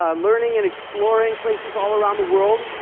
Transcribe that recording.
ah learning and exploring places all around the world.